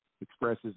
expresses